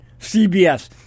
CBS